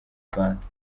banki